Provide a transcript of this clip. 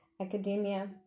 academia